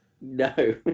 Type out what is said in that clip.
no